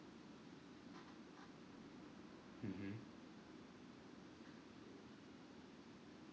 mmhmm